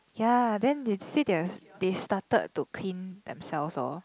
ya then they say they're they started to clean themselves hor